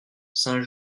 saint